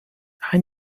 ein